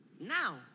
now